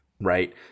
Right